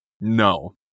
no